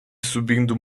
subindo